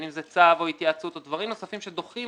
בין אם זה צו או התייעצות או דברים נוספים שדוחים